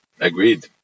Agreed